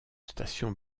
station